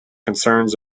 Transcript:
concerns